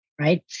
Right